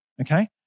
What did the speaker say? Okay